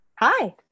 Hi